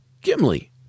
Gimli